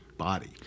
body